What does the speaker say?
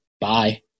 bye